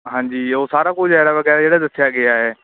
ਹਾਂਜੀ ਉਹ ਸਾਰਾ ਕੁਝ ਐਰਾ ਵਗੈਰਾ ਜਿਹੜਾ ਦੱਸਿਆ ਗਿਆ ਹੈ